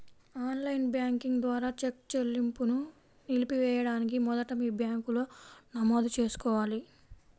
on line banking ద్వారా cheque చెల్లింపును నిలిపివేయడానికి మొదట మీ బ్యాంకులో నమోదు చేసుకోవాలి